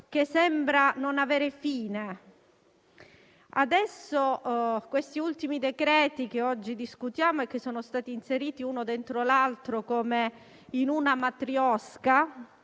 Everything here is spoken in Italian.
che sembra non avere fine. Da questi ultimi decreti che oggi discutiamo, che sono stati inseriti uno dentro l'altro come in una *matrioska*,